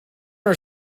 her